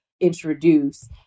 introduce